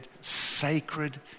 sacred